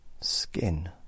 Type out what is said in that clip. skin